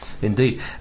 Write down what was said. Indeed